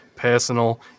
personal